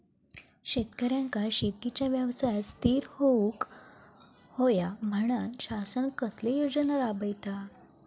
शेतकऱ्यांका शेतीच्या व्यवसायात स्थिर होवुक येऊक होया म्हणान शासन कसले योजना राबयता?